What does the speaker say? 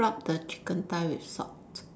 rub the chicken thigh with salt